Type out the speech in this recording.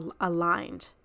aligned